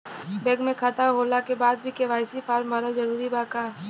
Bank में खाता होला के बाद भी के.वाइ.सी फार्म भरल जरूरी बा का?